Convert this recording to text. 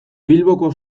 bilboko